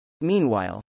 Meanwhile